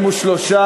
43,